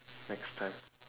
next time